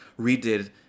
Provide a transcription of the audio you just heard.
redid